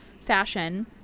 Fashion